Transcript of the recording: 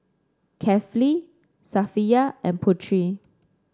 Kefli Safiya and Putri